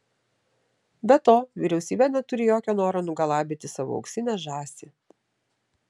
be to vyriausybė neturi jokio noro nugalabyti savo auksinę žąsį